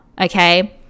okay